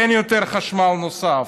אין יותר חשמל נוסף.